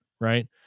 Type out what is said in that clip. right